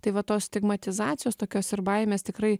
tai va tos stigmatizacijos tokios ir baimės tikrai